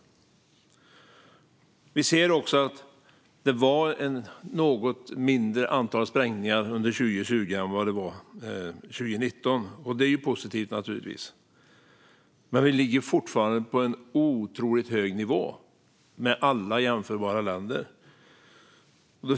Det var ett något mindre antal sprängningar under 2020 än vad det var 2019, och det är naturligtvis positivt. Men vi ligger fortfarande på en otroligt hög nivå jämfört med alla jämförbara länder.